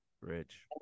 Rich